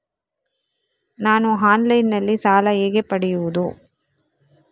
ನಾನು ಆನ್ಲೈನ್ನಲ್ಲಿ ಸಾಲ ಹೇಗೆ ಪಡೆಯುವುದು?